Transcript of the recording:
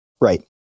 Right